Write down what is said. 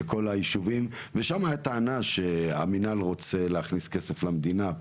וכל היישובים ושם הייתה טענה שהמנהל רוצה להכניס כסף למדינה.